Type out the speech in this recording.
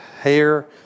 hair